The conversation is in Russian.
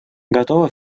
готовы